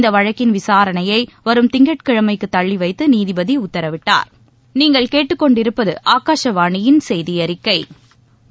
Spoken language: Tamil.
இந்த வழக்கின் விசாரணையை வரும் திங்கட்கிழமைக்கு தள்ளிவைத்து நீதிபதி உத்தரவிட்டா்